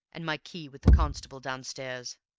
and my key with the constable downstairs.